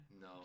No